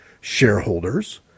shareholders